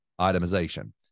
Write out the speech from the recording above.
itemization